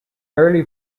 early